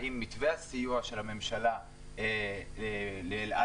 האם מתווה הסיוע של הממשלה לאל על,